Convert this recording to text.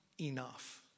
enough